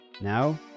now